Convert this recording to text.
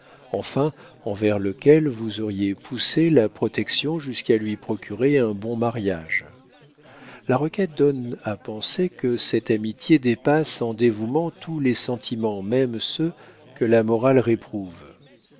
enfin envers lequel vous auriez poussé la protection jusqu'à lui procurer un bon mariage la requête donne à penser que cette amitié dépasse en dévouement tous les sentiments même ceux que la morale réprouve